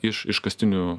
iš iškastinių